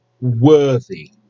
worthy